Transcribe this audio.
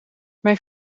mijn